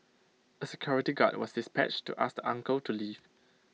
A security guard was dispatched to ask uncle to leave